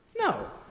no